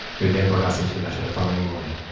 who then brought us into the matter the following morning.